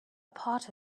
part